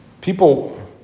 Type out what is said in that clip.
people